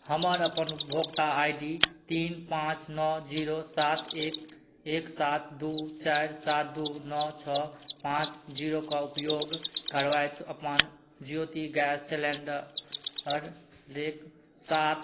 हमर अपन उपभोक्ता आइ डी तीन पाँच नओ जीरो सात एक एक सात दुइ चारि सात दुइ नओ छओ पाँच जीरोके उपयोग करबैत अपन ज्योति गैस सिलेण्डरपर एक सात